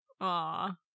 Aw